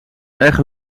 erg